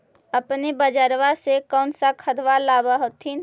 अपने बजरबा से कौन सा खदबा लाब होत्थिन?